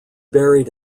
buried